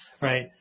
right